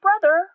brother